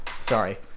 Sorry